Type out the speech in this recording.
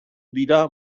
dira